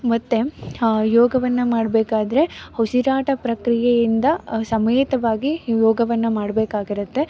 ಮತ್ತೆ ಯೋಗವನ್ನು ಮಾಡಬೇಕಾದ್ರೆ ಉಸಿರಾಟ ಪ್ರಕ್ರಿಯೆಯಿಂದ ಸಮೇತವಾಗಿ ಈ ಯೋಗವನ್ನು ಮಾಡ್ಬೇಕಾಗಿರುತ್ತೆ